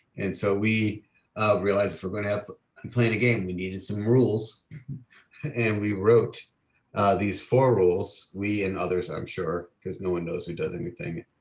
and so we realized if we're gonna have, i'm playing a game and we needed some rules and we wrote these four rules, we and others i'm sure. cause no one knows who does anything,